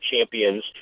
champions